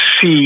see